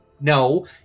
no